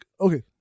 okay